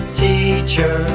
teacher